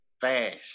fast